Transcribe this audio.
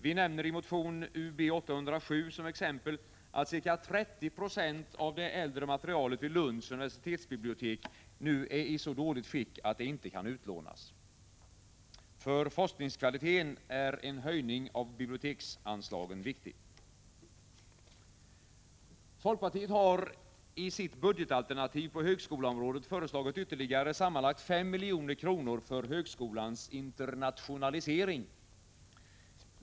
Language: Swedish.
Vi nämner i motion Ub807 som exempel att ca 30 26 av det äldre materialet vid Lunds universitetsbibliotek nu är i så dåligt skick, att det inte kan utlånas. För forskningskvaliteten är en höjning av biblioteksanslaget viktig. Folkpartiet har i sitt budgetalternativ på högskoleområdet föreslagit ytterligare sammanlagt 5 milj.kr. för högskolans internationalisering.